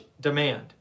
demand